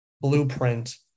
blueprint